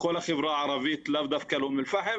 לכל החברה הערבית ולאו דווקא לאום אל פאחם,